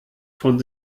von